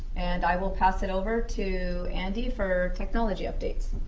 and i will pass it over to andy for technology updates.